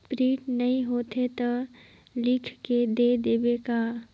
Print नइ होथे ता लिख के दे देबे का?